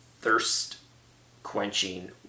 thirst-quenching